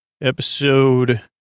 episode